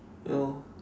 ya lor